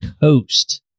coast